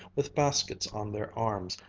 with baskets on their arms,